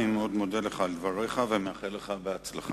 אני מאוד מודה לך על דבריך ומאחל לך בהצלחה,